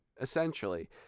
essentially